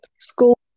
school